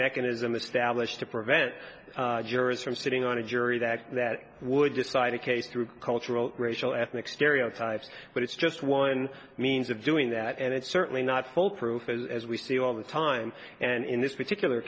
mechanism established to prevent jurors from sitting on a jury that that would decide a case through cultural racial ethnic stereotypes but it's just one means of doing that and it's certainly not full proof as we see all the time and in this particular